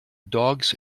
dogs